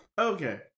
Okay